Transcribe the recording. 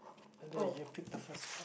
and then you pick the first card